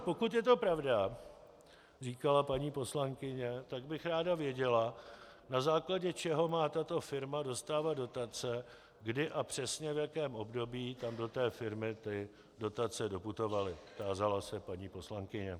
Pokud je to pravda, říkala paní poslankyně, tak bych ráda věděla, na základě čeho má tato firma dostávat dotace, kdy a přesně v jakém období tam do té firmy ty dotace doputovaly, tázala se paní poslankyně.